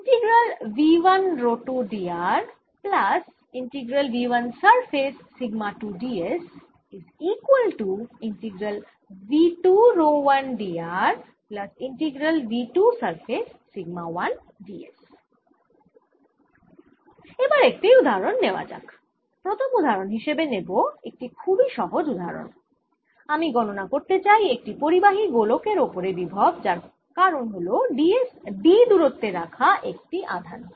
এবার একটি উদাহরন নেওয়া যাক প্রথম উদাহরন হিসেবে নেব একটি খুবই সহজ উদাহরন আমি গণনা করতে চাই একটি পরিবাহী গোলক এর ওপরে বিভব যার কারণ হল d দূরত্বে রাখা একটি আধান